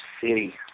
city